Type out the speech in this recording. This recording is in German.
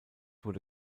wurde